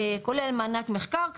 כולל מענק מחקר קטן,